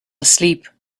asleep